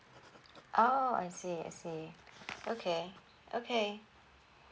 oh I see I see okay okay